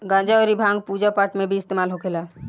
गांजा अउर भांग पूजा पाठ मे भी इस्तेमाल होखेला